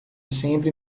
sempre